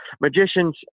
magicians